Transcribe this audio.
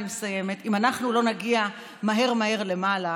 אני מסיימת: אם אנחנו לא נגיע מהר מהר למעלה